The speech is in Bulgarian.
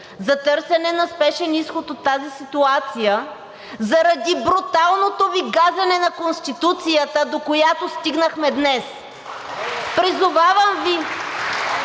за търсене на спешен изход от тази ситуация заради бруталното Ви газене на Конституцията, до която стигнахме днес! (Ръкопляскания